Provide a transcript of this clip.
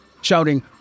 shouting